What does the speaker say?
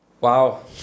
Wow